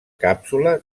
càpsula